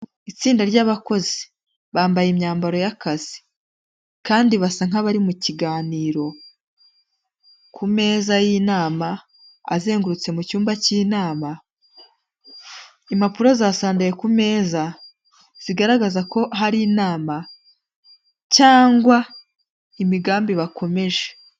Itsinda ry'abakozi bambaye imyambaro y'akazi kandi basa nkabari mu kiganiro ku meza y'inama azengurutse mu cyumba cy'inama, impapuro zasandaye ku meza zigaragaza ko hari inama cyangwa imigambi bakomeje.